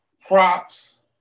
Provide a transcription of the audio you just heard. Props